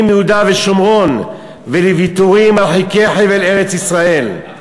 מיהודה ושומרון ולוויתורים מרחיקי חבל ארץ-ישראל.